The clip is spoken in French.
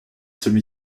semi